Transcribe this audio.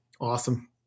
Awesome